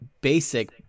basic